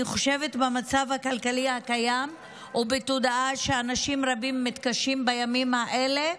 אני חושבת שבמצב הכלכלי הקיים ובידיעה שאנשים רבים מתקשים בימים האלה,